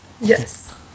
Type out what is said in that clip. Yes